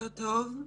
בוקר טוב.